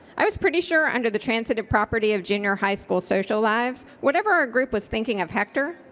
i was pretty sure under the transitive property of junior high school social lives whatever our group was thinking of hector,